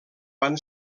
van